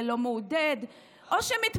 זה לא מעודד, או שמתבגרים,